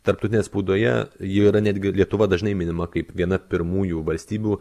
tarptautinėj spaudoje ji yra netgi lietuva dažnai minima kaip viena pirmųjų valstybių